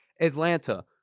Atlanta